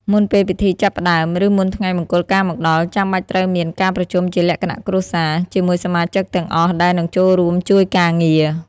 មុនពេលពិធីចាប់ផ្ដើម ឬមុនថ្ងៃមង្គលការមកដល់ ចាំបាច់ត្រូវមាន ការប្រជុំជាលក្ខណៈគ្រួសារ ជាមួយសមាជិកទាំងអស់ដែលនឹងចូលរួមជួយការងារ។